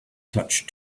clutch